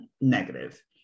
negative